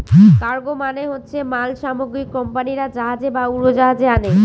cargo মানে হচ্ছে মাল সামগ্রী কোম্পানিরা জাহাজে বা উড়োজাহাজে আনে